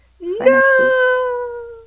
No